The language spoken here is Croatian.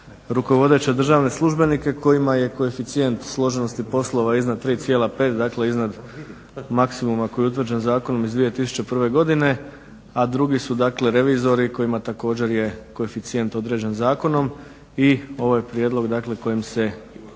rukovodeće državne službenike kojima je koeficijent složenosti poslova iznad 3,5 dakle iznad maksimuma koji je utvrđen zakonom iz 2001.godine, a drugi su revizori kojima je koeficijent također određen zakonom. I ovo je prijedlog kojim se